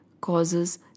causes